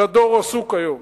לדור עסוק היום,